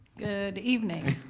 good evening,